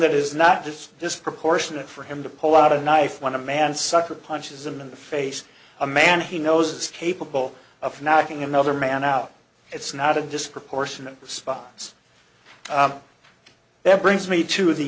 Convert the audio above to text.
that is not just this proportionate for him to pull out a knife when a man sucker punches him in the face a man he knows it's capable of knocking another man out it's not a disproportionate response that brings me to the